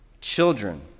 children